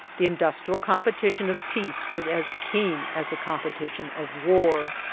the industrial competition of peace is as keen as the competition of war.